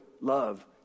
love